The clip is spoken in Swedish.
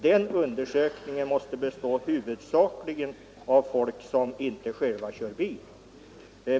Den undersökningen måste huvudsakligen ha gällt folk som inte själva kör bil.